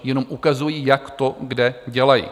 Jenom ukazuji, jak to kde dělají.